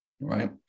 right